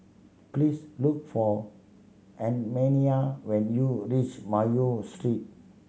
please look for Annemarie when you reach Mayo Street